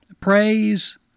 Praise